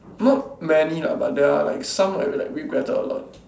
not many lah but there are like some I like regretted a lot